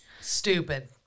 Stupid